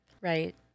right